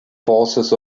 forces